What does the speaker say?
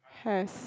has